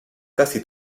casi